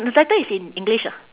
the title is in english ah